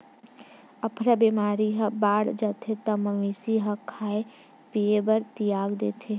अफरा बेमारी ह बाड़ जाथे त मवेशी ह खाए पिए बर तियाग देथे